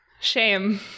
shame